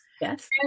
Yes